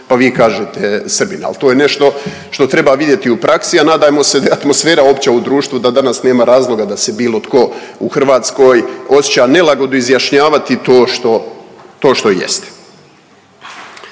pa vi kažete Srbin, al to je nešto što treba vidjeti u praksi, a nadajmo se da je atmosfera opća u društvu da danas nema razloga da se bilo tko u Hrvatskoj osjeća nelagodu izjašnjavati to što, to